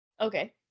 Okay